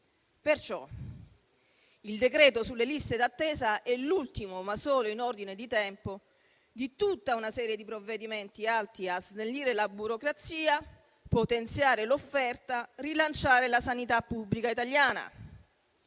Perciò il decreto sulle liste d'attesa è l'ultimo, ma solo in ordine di tempo, di tutta una serie di provvedimenti atti a snellire la burocrazia, potenziare l'offerta e rilanciare la sanità pubblica italiana.